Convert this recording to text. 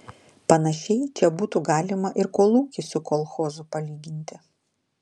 panašiai čia būtų galima ir kolūkį su kolchozu palyginti